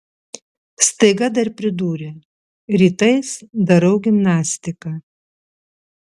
staiga dar pridūrė rytais darau gimnastiką